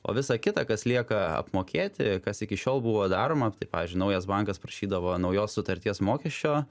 o visa kita kas lieka apmokėti kas iki šiol buvo daroma tai pavyzdžiui naujas bankas prašydavo naujos sutarties mokesčio